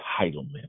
entitlement